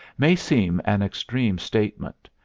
may seem an extreme statement,